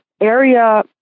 area